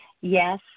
yes